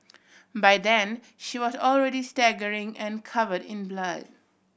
by then she was already staggering and covered in blood